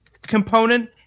component